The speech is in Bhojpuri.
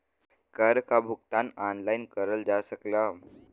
कर क भुगतान ऑनलाइन करल जा सकला